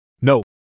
No